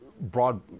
broad